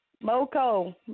MoCo